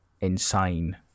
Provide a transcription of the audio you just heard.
insane